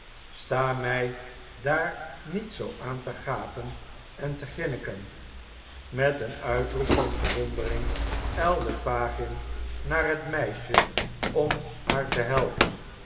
sta mij daar niet zoo aan te gapen en te grinniken met een uitroep van verwondering ijlde fagin naar het meisje om haar te helpen